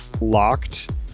locked